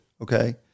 okay